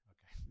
Okay